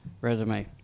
Resume